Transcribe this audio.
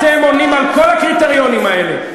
אתם עונים על כל הקריטריונים האלה.